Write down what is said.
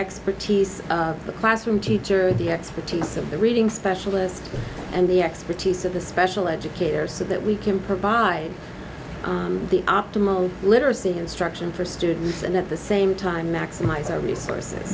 expertise the classroom teacher or the expertise of the reading specialist and the expertise of the special educator so that we can provide the optimal literacy instruction for students and at the same time maximize our resources